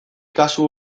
kasu